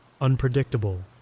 unpredictable